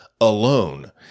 alone